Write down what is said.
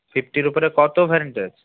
ফিফটির ওপরে কত ভেরিয়েন্টের আছে